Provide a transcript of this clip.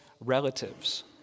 relatives